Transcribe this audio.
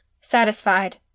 Satisfied